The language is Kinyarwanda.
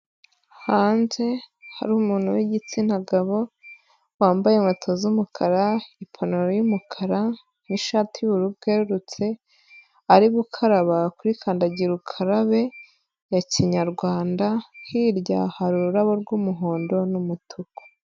Hanze hari umuntu w'igitsina gabo wambaye inkweto z'umukara, ipantaro yumukara n'ishati y'ubururu bwerurutse, ari gukaraba kuri kandagira ukarabe ya kinyarwanda hirya hari ururabo rw'umuhondo n'umutuku.